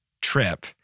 trip